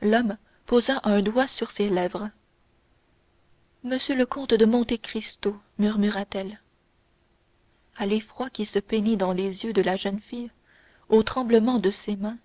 l'homme posa un doigt sur ses lèvres m le comte de monte cristo murmura-t-elle à l'effroi qui se peignit dans les yeux de la jeune fille au tremblement de ses mains